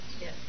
yes